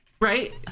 Right